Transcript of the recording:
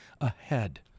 ahead